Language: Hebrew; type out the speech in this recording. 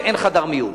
ואין חדר מיון.